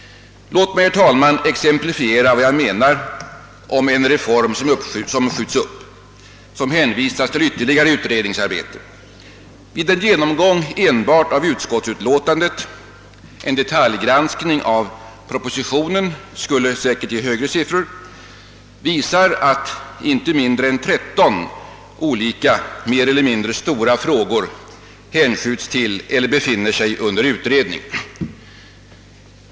Låt mig, herr talman, exemplifiera vad jag avser med en reform som skjuts upp och hänvwvisas till ytterligare utredningsarbete. En genomgång enbart av utskottsutlåtandet — en detaljgranskning av propositionen skulle säkert ge högre siffror — visar att inte mindre än 13 mer eller mindre stora frågor hänskjuts till eller befinner sig under utredning.